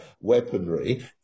weaponry